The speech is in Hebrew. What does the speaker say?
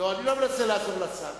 לא, אני לא מנסה לעזור לשר.